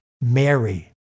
Mary